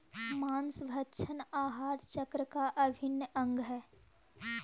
माँसभक्षण आहार चक्र का अभिन्न अंग हई